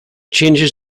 changes